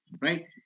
right